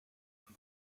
and